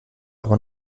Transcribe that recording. aber